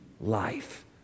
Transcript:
life